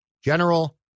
General